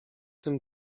tym